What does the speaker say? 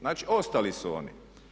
Znači, ostali su oni.